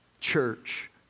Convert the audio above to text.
Church